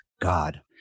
God